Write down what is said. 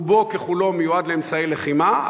רובו ככולו מיועד לאמצעי לחימה.